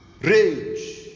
Rage